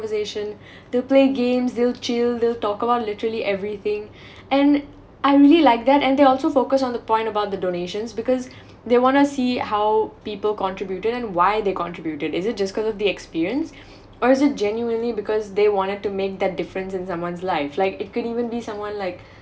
conversation they'll play games they'll chill they'll talk about literally everything and I really like that and they also focused on the point about the donations because they want to see how people contributed and why they contributed is it just because of the experience or as a genuinely because they wanted to make that difference in someone's life like it could even be someone like